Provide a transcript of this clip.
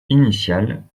initiale